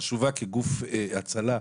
כגוף הצלה.